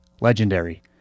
legendary